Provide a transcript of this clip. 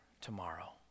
tomorrow